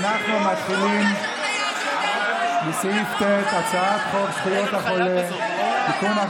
אנחנו מתחילים בסעיף ט': הצעת חוק זכויות החולה (תיקון,